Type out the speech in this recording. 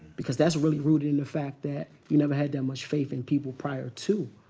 because that's really rooted in the fact that you never had that much faith in people prior to,